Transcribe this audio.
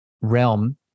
realm